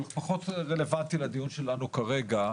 אבל פחות רלוונטי לדיון שלנו כרגע.